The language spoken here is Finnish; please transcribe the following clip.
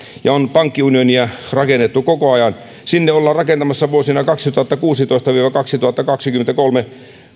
ja on pankkiunionia rakennettu koko ajan niin sinne ollaan rakentamassa vuosina kaksituhattakuusitoista viiva kaksituhattakaksikymmentä kolme